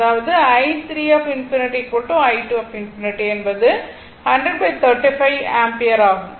அதாவது i3∞ i1∞ என்பது 10035 ஆம்பியர் ஆகும்